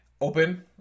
open